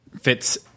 fits